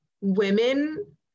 women